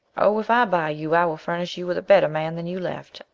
oh, if i buy you i will furnish you with a better man than you left.